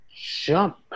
jump